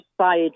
side